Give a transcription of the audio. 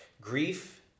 Grief